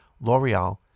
L'Oreal